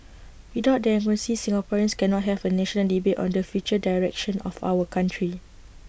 without democracy Singaporeans cannot have A national debate on the future direction of our country